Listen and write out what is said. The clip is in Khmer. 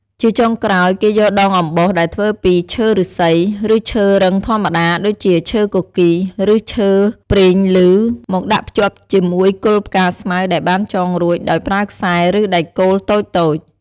ជាចុងក្រោយ គេយកដងអំបោសដែលធ្វើពីឈើឫស្សី ឬឈើរឹងធម្មតា ដូចជាឈើគគីរ ឬឈើព្រីងឮ មកដាក់ភ្ជាប់ជាមួយគល់ផ្កាស្មៅដែលបានចងរួច ដោយប្រើខ្សែ ឬដែកគោលតូចៗ។